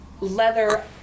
leather